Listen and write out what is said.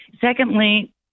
Secondly